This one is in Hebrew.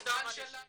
הזמן שלנו מוגבל.